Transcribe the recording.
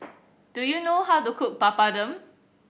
do you know how to cook Papadum